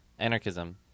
Anarchism